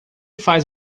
faz